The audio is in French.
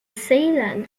ceylan